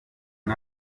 uko